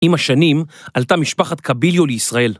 עם השנים עלתה משפחת קביליו לישראל.